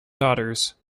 daughters